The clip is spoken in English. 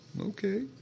Okay